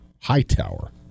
Hightower